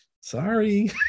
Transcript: sorry